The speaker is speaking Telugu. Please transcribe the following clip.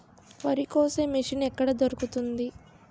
వరి కోసే మిషన్ ఎక్కడ దొరుకుతుంది?